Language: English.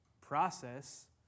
process